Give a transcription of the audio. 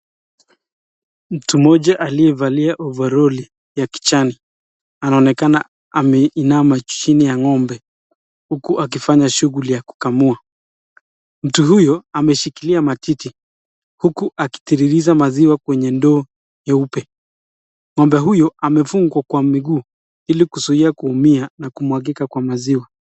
Mtu mmoja aliyevalia ovalori ya kijani ameinama chini ya ng'ombe, huku akifanya shughuli ya kukamua. Mtu huyo ame shikilia matiti, huku akitiririza maziwa kwenye ndoo nyeupe. Ng'ombe huyo amefungwa miguu ili kuzuhia kuumia na kumwagika kwa maziwa.